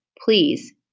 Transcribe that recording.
Please